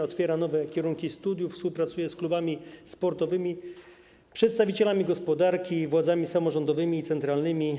Otwiera nowe kierunki studiów, współpracuje z klubami sportowymi, przedstawicielami gospodarki i władzami samorządowymi i centralnymi.